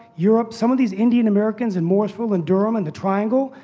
europe, some of these indian americans, and morrisville, and durham, and the triangle,